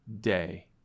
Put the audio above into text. day